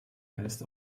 geist